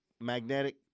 magnetic